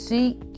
Seek